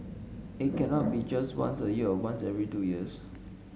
it cannot be just once a year or once every two years